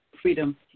Freedom